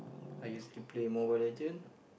I used to play Mobile-Legend